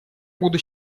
буду